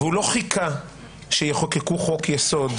הוא לא חיכה שיחוקקו חוק יסוד,